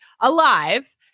alive